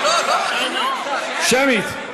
שמית.